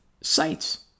sites